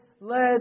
led